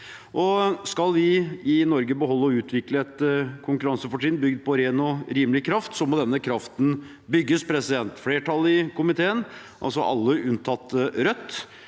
Skal vi i Norge beholde og utvikle et konkurransefortrinn bygd på ren og rimelig kraft, må denne kraften bygges. Flertallet i komiteen, alle unntatt Rødt,